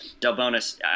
Delbonis